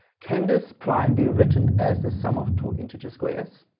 can this prime be written as the sum of two integer squares.